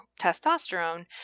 testosterone